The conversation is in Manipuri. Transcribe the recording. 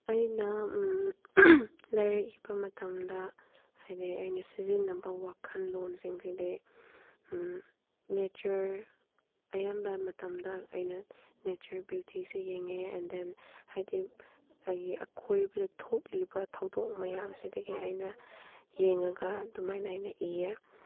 ꯑꯩꯅ ꯂꯥꯏꯔꯤꯛ ꯏꯕ ꯃꯇꯝꯗ ꯍꯥꯏꯗꯤ ꯑꯩꯅ ꯁꯤꯖꯤꯟꯅꯕ ꯋꯥꯈꯜꯂꯣꯟꯁꯤꯡꯁꯤꯗꯤ ꯅꯦꯆꯔ ꯑꯌꯥꯝꯕ ꯃꯇꯝꯗ ꯑꯩꯅ ꯅꯦꯆꯔ ꯕ꯭ꯌꯨꯇꯤꯁꯦ ꯌꯦꯡꯉꯦ ꯑꯦꯟ ꯗꯦꯟ ꯍꯥꯏꯗꯤ ꯑꯩꯒꯤ ꯑꯀꯣꯏꯕꯗ ꯊꯣꯛꯂꯤꯕ ꯊꯧꯗꯣꯛ ꯃꯌꯥꯝꯁꯤꯗꯒꯤ ꯑꯩꯅ ꯌꯦꯡꯉꯒ ꯑꯩꯅ ꯑꯗꯨꯃꯥꯏꯅ ꯏꯌꯦ